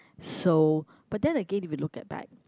so but then again if you look at back